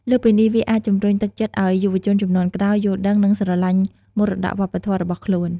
លើសពីនេះ វាអាច ជំរុញទឹកចិត្តឱ្យយុវជនជំនាន់ក្រោយ យល់ដឹង និងស្រឡាញ់មរតកវប្បធម៌របស់ខ្លួន។